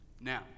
Now